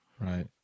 Right